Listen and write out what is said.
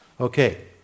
Okay